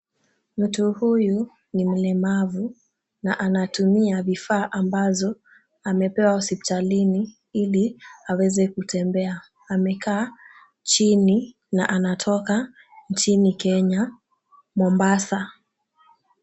Mtu huyu ni mlemavu na anatumia vifaa ambazo amepewa hospitalini ili aweze kutembea. Amekaa chini na anatoka nchini Kenya, Mombasa.